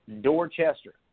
Dorchester